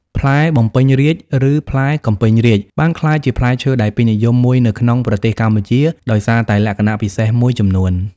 ផ្លែបំពេញរាជ្យ ឬផ្លែកំពីងរាជ បានក្លាយជាផ្លែឈើដែលពេញនិយមមួយនៅក្នុងប្រទេសកម្ពុជាដោយសារតែលក្ខណៈពិសេសមួយចំនួន។